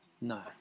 No